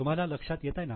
तुम्हाला लक्षात येतंय ना